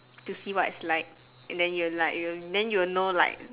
to see what's it like and then you'll like and then you'll know like